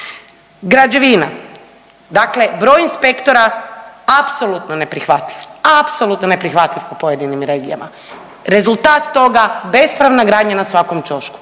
Građevina, dakle broj inspektora apsolutno neprihvatljiv, apsolutno neprihvatljiv po pojedinim regijama, rezultat toga bespravna gradnja na svakom ćošku